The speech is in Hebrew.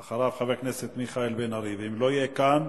אחריו, חבר הכנסת מיכאל בן-ארי, ואם לא יהיה כאן,